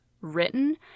written